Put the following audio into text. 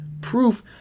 proof